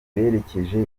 berekeje